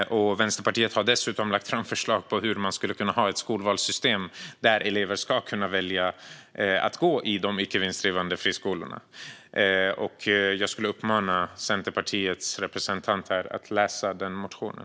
Vänsterpartiet har dessutom lagt fram förslag på hur man skulle kunna ha ett skolvalssystem där elever kan välja att gå i de icke vinstdrivande friskolorna. Jag skulle uppmana Centerpartiets representant att läsa den motionen.